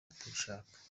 atabishaka